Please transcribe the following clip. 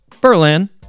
Berlin